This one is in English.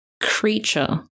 creature